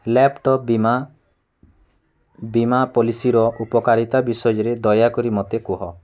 laptop ବୀମା ବୀମା ପଲିସିର ଉପକାରିତା ବିଷୟରେ ଦୟାକରି ମୋତେ କୁହ